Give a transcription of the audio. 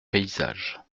paysage